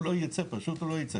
הוא לא יצא, שפוט הוא לא יצא.